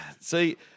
See